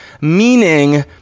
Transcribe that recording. Meaning